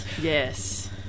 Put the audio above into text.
Yes